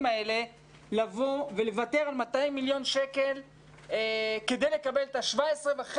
האלה לבוא ולוותר על 200 מיליון שקל כדי לקבל את ה-17.5